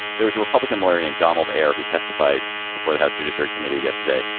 there was a republican lawyer named donald air who testified before the house judiciary committee yesterday.